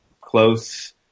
close